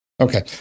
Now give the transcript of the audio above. Okay